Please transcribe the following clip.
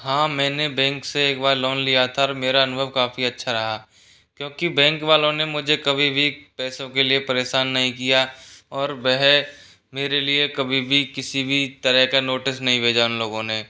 हाँ मैंने बैंक से एक बार लोन लिया था और मेरा अनुभव काफ़ी अच्छा रहा क्योंकि बैंक वालों ने मुझे कभी भी पैसों के लिए परेशान नहीं किया और वह मेरे लिए कभी भी किसी भी तरह का नोटिस नहीं भेजा उन लोगों ने